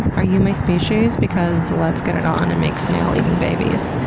are you my species because lets get it on and make snail-eating babies.